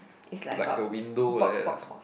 like a window like that lah